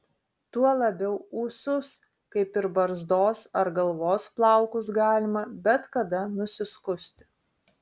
tuo labiau ūsus kaip ir barzdos ar galvos plaukus galima bet kada nusiskusti